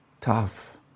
Tough